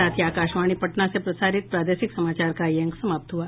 इसके साथ ही आकाशवाणी पटना से प्रसारित प्रादेशिक समाचार का ये अंक समाप्त हुआ